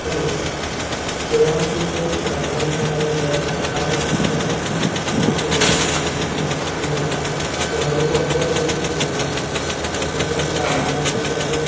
hello खेळामध्ये जे लागणारे जे काही हे आहेत सरकारने त्याच्यासाठी हे केलेलं पाहिजे की लक्ष दिलं पाहिजे खेळाडू कोणत्या पद्धतीने घडेल त्याच्यासाठी लागणारं जे काही